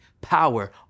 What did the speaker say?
power